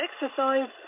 exercise